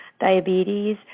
diabetes